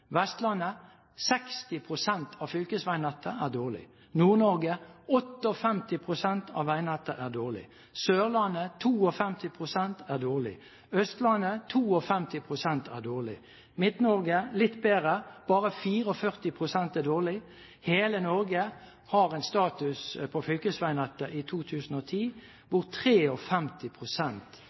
Vestlandet: 60 pst. av fylkesveinettet er dårlig. Nord-Norge: 58 pst. av veinettet er dårlig. Sørlandet: 52 pst. er dårlig. Østlandet: 52 pst. er dårlig. Midt-Norge: Litt bedre – bare 44 pst. er dårlig. Hele Norge har en status på fylkesveinettet i 2010 hvor